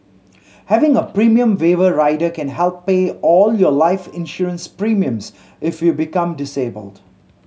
having a premium waiver rider can help pay all your life insurance premiums if you become disabled